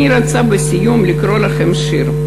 אני רוצה בסיום לקרוא לכם שיר.